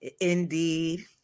Indeed